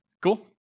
Cool